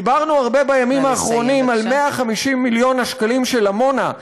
דיברנו הרבה בימים האחרונים על 150 מיליון השקלים של עמונה,